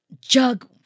Jug